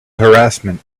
harassment